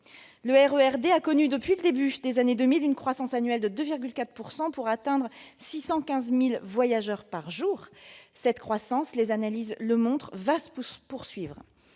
Le RER D a connu depuis le début des années deux mille une croissance annuelle de son trafic de 2,4 %, pour atteindre 615 000 voyageurs par jour. Cette croissance, comme les analyses le montrent, va se poursuivre.